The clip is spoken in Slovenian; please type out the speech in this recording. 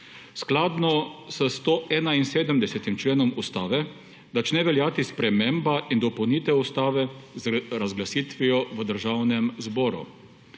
Skladno s 171. členom ustave začne veljati sprememba in dopolnitev ustave z razglasitvijo v Državnem zboru.